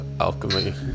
alchemy